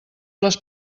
les